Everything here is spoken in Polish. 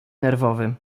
nerwowy